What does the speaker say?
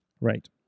Right